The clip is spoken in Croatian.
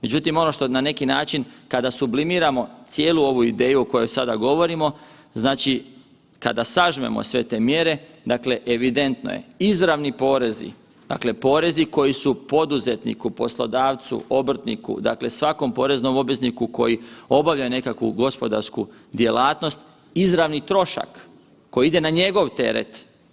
Međutim ono što na neki način kada sublimiramo cijelu ovu ideju o kojoj sada govorimo, znači kada sažmemo sve te mjere evidentno je, izravni porezi, porezi koji su poduzetniku, poslodavcu, obrtniku dakle svakom poreznom obvezniku koji obavlja nekakvu gospodarsku djelatnost izravni trošak koji ide na njegov teret.